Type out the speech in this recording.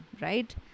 right